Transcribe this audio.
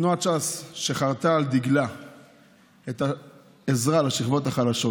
תנועת ש"ס, שחרתה על דגלה את העזרה לשכבות החלשות,